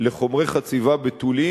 לחומרי חציבה בתוליים,